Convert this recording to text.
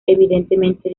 evidentemente